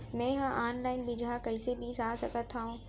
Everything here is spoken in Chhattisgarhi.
मे हा अनलाइन बीजहा कईसे बीसा सकत हाव